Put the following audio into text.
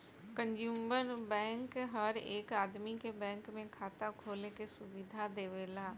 consumer bank हर एक आदमी के बैंक में खाता खोले के सुविधा देवेला